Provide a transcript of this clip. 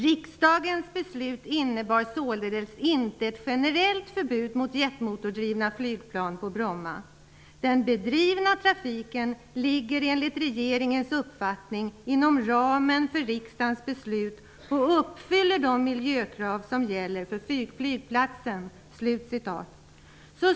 Riksdagens beslut innebar således inte ett generellt förbud mot jetmotordrivna flygplan på Bromma. Den nu bedrivna trafiken ligger enligt regeringens uppfattning inom ramen för riksdagens beslut och uppfyller de miljökrav som gäller för flygplatsen.''